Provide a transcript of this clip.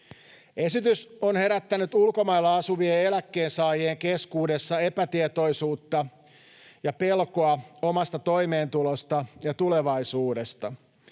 Esitys on herättänyt ulkomailla asuvien eläkkeensaajien keskuudessa epätietoisuutta ja pelkoa omasta toimeentulosta ja tulevaisuudesta.